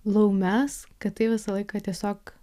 laumes kad tai visą laiką tiesiog